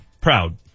Proud